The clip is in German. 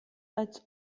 als